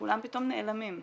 כולם פתאום נאלמים.